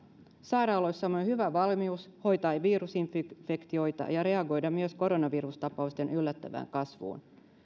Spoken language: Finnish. sairaaloissamme on hyvä valmius hoitaa virusinfektioita ja reagoida myös koronavirustapausten yllättävään kasvuun